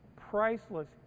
priceless